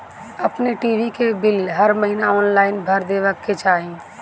अपनी टी.वी के बिल हर महिना ऑनलाइन भर देवे के चाही